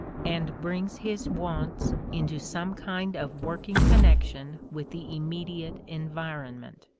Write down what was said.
and brings his wants into some kind of working connection with the immediate environment.